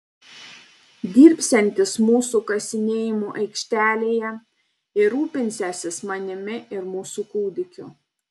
dirbsiantis mūsų kasinėjimų aikštelėje ir rūpinsiąsis manimi ir mūsų kūdikiu